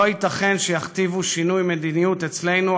לא ייתכן שיכתיבו שינוי מדיניות אצלנו,